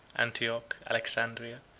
antioch, alexandria,